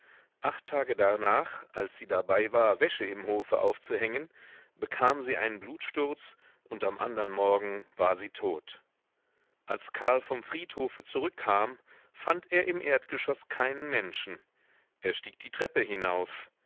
acht tage darnach als sie dabei war wäsche im hofe aufzuhängen bekam sie einen blutsturz und am andern morgen war sie tot als karl vom friedhofe zurückkam fand er im erdgeschoß keinen menschen er stieg die treppe hinauf